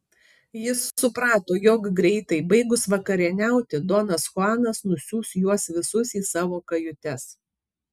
jis suprato jog greitai baigus vakarieniauti donas chuanas nusiųs juos visus į savo kajutes